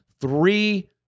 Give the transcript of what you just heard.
three